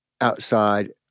Outside